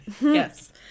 Yes